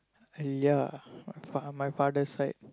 !aiya! my fa~ my father side